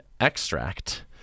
extract